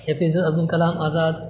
اے P J ے عبدالکلام آزاد